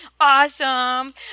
awesome